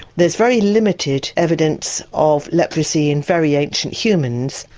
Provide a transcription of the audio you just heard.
there's very limited evidence of leprosy in very ancient humans.